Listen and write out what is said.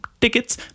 tickets